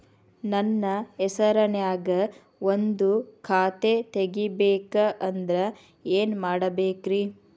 ನನ್ನ ಹೆಸರನ್ಯಾಗ ಒಂದು ಖಾತೆ ತೆಗಿಬೇಕ ಅಂದ್ರ ಏನ್ ಮಾಡಬೇಕ್ರಿ?